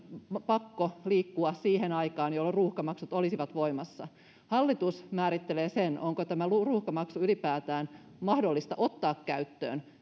pakko liikkua siihen aikaan jolloin ruuhkamaksut olisivat voimassa ja se tekee siitä äärettömän kallista hallitus määrittelee sen onko tämä ruuhkamaksu ylipäätään mahdollista ottaa käyttöön